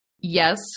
yes